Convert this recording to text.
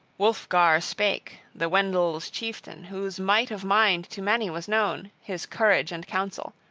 wulfgar spake, the wendles' chieftain, whose might of mind to many was known, his courage and counsel